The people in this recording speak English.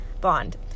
bond